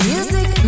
Music